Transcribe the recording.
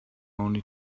only